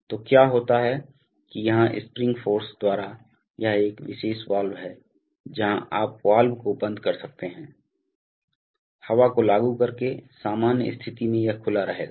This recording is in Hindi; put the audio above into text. तो क्या होता है कि यहां स्प्रिंग फ़ोर्स द्वारा यह एक विशेष वाल्व है जहां आप वाल्व को बंद कर सकते हैं हवा को लागू करके सामान्य स्थिति में यह खुला रहेगा